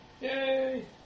Yay